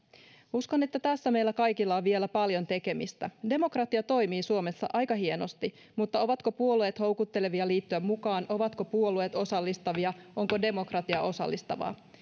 uskon että tässä meillä kaikilla on vielä paljon tekemistä demokratia toimii suomessa aika hienosti mutta ovatko puolueet houkuttelevia liittyä mukaan ovatko puolueet osallistavia onko demokratia osallistavaa